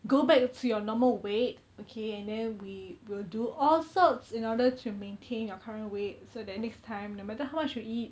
go back to your normal weight okay and then we will do all sorts in order to maintain your current weight so that next time no matter how much you eat